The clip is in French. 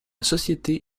société